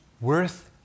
worth